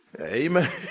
Amen